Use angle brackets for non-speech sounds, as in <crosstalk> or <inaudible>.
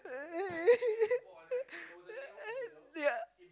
<laughs> yeah